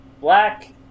black